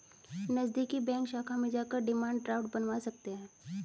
नज़दीकी बैंक शाखा में जाकर डिमांड ड्राफ्ट बनवा सकते है